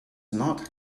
not